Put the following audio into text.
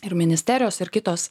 ir ministerijos ir kitos